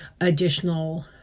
additional